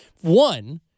One